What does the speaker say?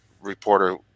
reporter –